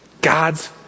God's